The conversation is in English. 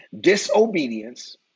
disobedience